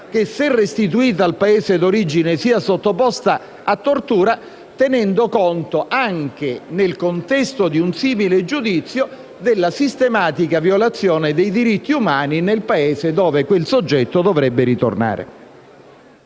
che, se restituita al Paese d'origine, sarebbe sottoposta a tortura, tenendo conto anche, nel contesto di un simile giudizio, della sistematica violazione dei diritti umani nel Paese dove quel soggetto dovrebbe ritornare.